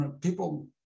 people